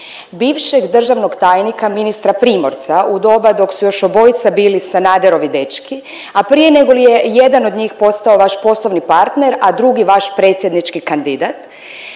bivšeg državnog tajnika ministra Primorca u doba dok su još obojica bili Sanaderovi dečki, a prije negoli je jedan od njih postao vaš poslovni partner, a drugi vaš predsjednički kandidat.